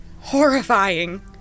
horrifying